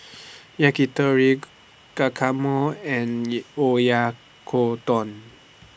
Yakitori Guacamole and Oyakodon